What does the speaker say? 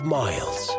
miles